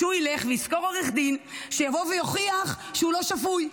שילך לשכור עורך דין שיבוא ויוכיח שהוא לא שפוי.